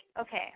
okay